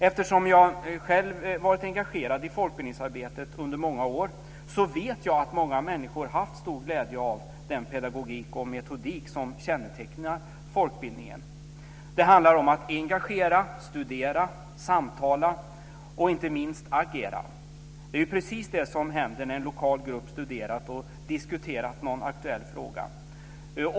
Eftersom jag själv varit engagerad i folkbildningsarbetet under många år, vet jag att många människor haft stor glädje av den pedagogik och metodik som kännetecknar folkbildningen. Det handlar om att engagera, studera, samtala och inte minst agera. Det är ju precis det som händer när en lokal grupp studerat och diskuterat någon aktuell fråga.